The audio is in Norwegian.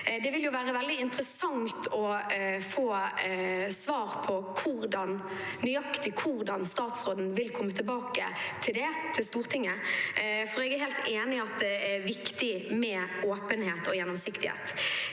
Det vil jo være veldig interessant å få svar på nøyaktig hvordan statsråden vil komme tilbake til det til Stortinget, for jeg er helt enig i at det er viktig med åpenhet og gjennomsiktighet.